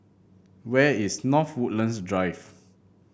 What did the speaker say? where is North Woodlands Drive